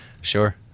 sure